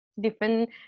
different